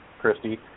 Christy